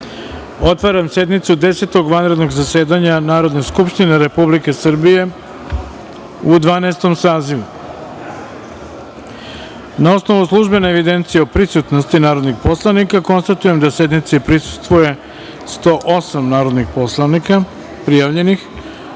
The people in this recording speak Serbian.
otvaram sednicu Desetog vanrednog zasedanja Narodne skupštine Republike Srbije u Dvanaestom sazivu. Na osnovu službene evidencije o prisutnosti narodnih poslanika, konstatujem da sednici prisustvuje 108 narodnih poslanika. Podsećam